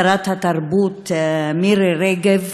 שרת התרבות מירי רגב,